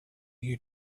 you